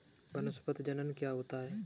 वानस्पतिक जनन क्या होता है?